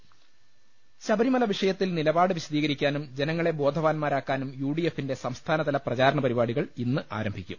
ലലലലലലലലലലലലല ശബരിമല വിഷയത്തിൽ നിലപാട് വിശദീകരി ക്കാനും ജനങ്ങളെ ബോധ വാൻമാരാക്കാനും യു ഡി എഫിന്റെ സംസ്ഥാനതല പ്രചാരണ പരിപാടി കൾ ഇന്ന് ആരംഭിക്കും